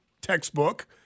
textbook